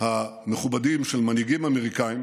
המכובדים של המנהיגים האמריקאים